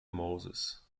moses